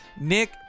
Nick